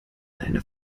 deine